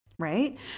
Right